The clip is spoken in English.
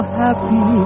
happy